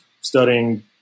studying